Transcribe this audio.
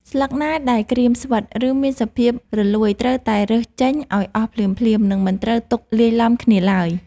ស្លឹកណាដែលក្រៀមស្វិត ឬមានសភាពរលួយត្រូវតែរើសចេញឱ្យអស់ភ្លាមៗ និងមិនត្រូវទុកលាយឡំគ្នាឡើយ។